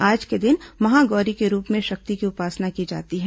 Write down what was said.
आज के दिन महागौरी के रूप में शक्ति की उपासना की जाती है